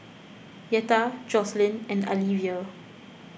Yetta Jocelyn and Alivia